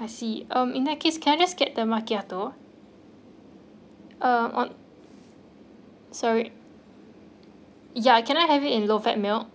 I see um in that case can I just get the macchiato uh on sorry ya can I have it in low fat milk